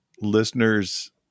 listeners